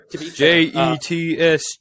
J-E-T-S